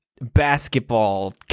basketball